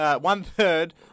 one-third